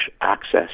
access